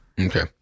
Okay